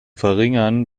verringern